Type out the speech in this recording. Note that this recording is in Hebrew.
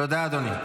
תודה, אדוני.